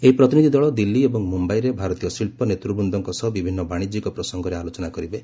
ଏହି ପ୍ରତିନିଧି ଦଳ ଦିଲ୍ଲୀ ଏବଂ ମୁମ୍ଭାଇରେ ଭାରତୀୟ ଶିଳ୍ପ ନେତୃବ୍ନ୍ଦଙ୍କ ସହ ବିଭିନ୍ନ ବାଶିଜ୍ୟିକ ପ୍ରସଙ୍ଗରେ ଆଲୋଚନା କରିବେ